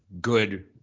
good